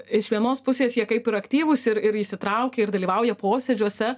iš vienos pusės jie kaip ir aktyvūs ir ir įsitraukia ir dalyvauja posėdžiuose